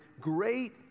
great